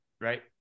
right